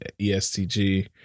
ESTG